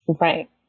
Right